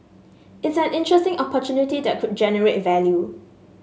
it's an interesting opportunity that could generate value